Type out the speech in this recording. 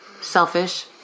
Selfish